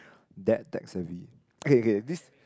that attacks the V K K this